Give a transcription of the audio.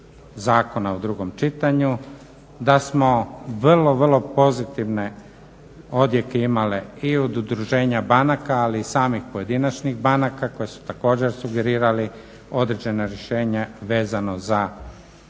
zakona u drugom čitanju, da smo vrlo vrlo pozitivne odjeke imali i od udruženja banaka, ali i samih pojedinačnih banaka koje su također sugerirale određena rješenja vezano za zaštitu